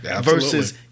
versus